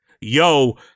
yo